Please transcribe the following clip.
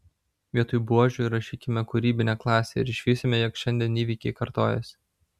vietoj buožių įrašykime kūrybinė klasė ir išvysime jog šiandien įvykiai kartojasi